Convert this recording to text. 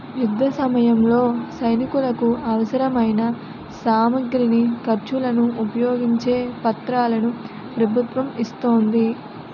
యుద్ధసమయంలో సైనికులకు అవసరమైన సామగ్రిని, ఖర్చులను ఉపయోగించే పత్రాలను ప్రభుత్వం ఇస్తోంది